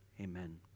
amen